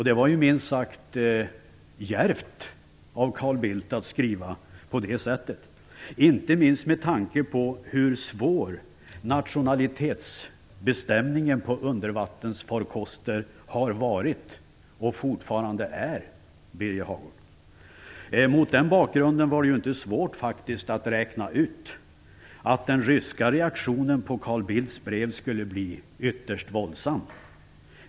Det var minst sagt djärvt av Carl Bildt att skriva på det sättet, inte minst med tanke på hur svår nationalitetsbestämningen av undervattensfarkoster har varit och fortfarande är, Mot den bakgrunden var det faktiskt inte svårt att räkna ut att den ryska reaktionen på Carl Bildts brev skulle bli ytterst våldsam.